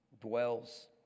dwells